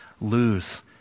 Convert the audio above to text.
lose